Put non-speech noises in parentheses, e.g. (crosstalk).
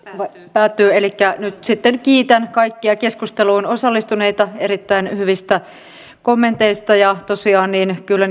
päättyy elikkä nyt sitten kiitän kaikkia keskusteluun osallistuneita erittäin hyvistä kommenteista ja tosiaan kyllä (unintelligible)